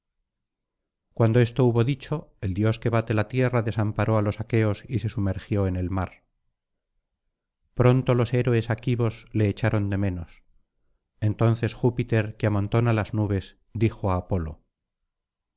cuando esto hubo dicho el dios que bate la tierra desamparó á los aqueos y se sumergió en el mar pronto los héroes aquivos le echaron de menos entonces júpiter que amontona las nubes dijo a apolo